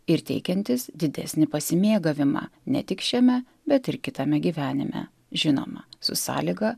ir teikiantis didesnį pasimėgavimą ne tik šiame bet ir kitame gyvenime žinoma su sąlyga